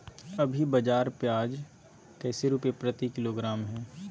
अभी बाजार प्याज कैसे रुपए प्रति किलोग्राम है?